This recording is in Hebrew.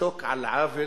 לשתוק על עוול